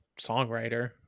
songwriter